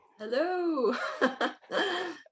Hello